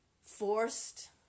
Forced